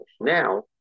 now